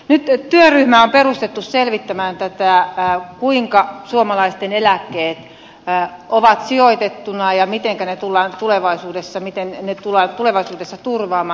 nyt työryhmä on perustettu selvittämään kuinka suomalaisten eläkkeet ovat sijoitettuna ja mitenkä ne tullaan tulevaisuudessa turvaamaan